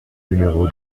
numéro